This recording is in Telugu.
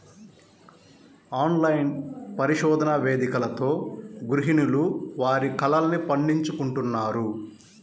ఆన్లైన్ పరిశోధన వేదికలతో గృహిణులు వారి కలల్ని పండించుకుంటున్నారు